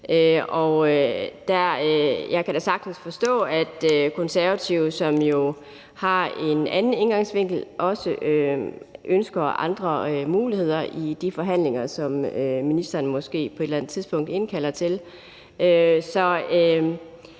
jeg kan da sagtens forstå, at Konservative, som jo har en anden indgangsvinkel, også ønsker andre muligheder i de forhandlinger, som ministeren måske på et